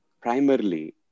primarily